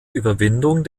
überwindung